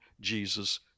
Jesus